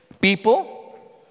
people